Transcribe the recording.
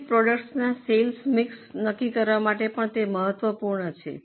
વિવિધ પ્રોડક્ટસના sales mix નક્કી કરવા માટે પણ તે મહત્વપૂર્ણ છે